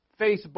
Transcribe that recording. Facebook